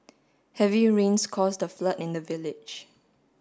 heavy rains caused the flood in the village